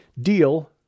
deal